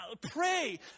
Pray